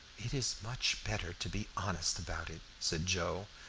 it is much better to be honest about it, said joe,